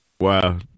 Wow